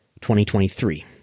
2023